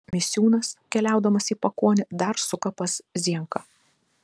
misiūnas keliaudamas į pakuonį dar suka pas zienką